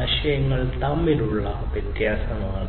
ആശയങ്ങൾ തമ്മിലുള്ള വ്യത്യാസമാണിത്